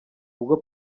ubwo